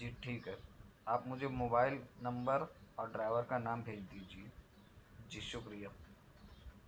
جی ٹھیک ہے آپ مجھے موبائل نمبر اور ڈرائیور کا نام بھیج دیجئے جی شکریہ